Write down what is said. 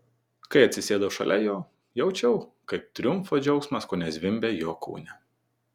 kai atsisėdau šalia jo jaučiau kaip triumfo džiaugsmas kone zvimbia jo kūne